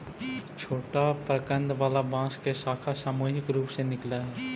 छोटा प्रकन्द वाला बांस के शाखा सामूहिक रूप से निकलऽ हई